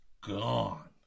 gone